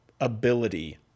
ability